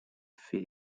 fait